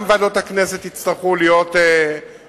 גם ועדות הכנסת יצטרכו להיות מעורבות.